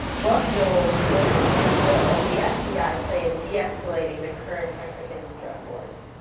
what role should and will the fbi play in de-escalating the current mexican drug wars?